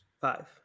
Five